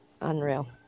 unreal